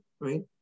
right